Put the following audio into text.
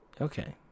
Okay